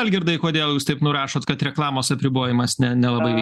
algirdai kodėl jūs taip nurašot kad reklamos apribojimas ne nelabai vei